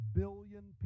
billion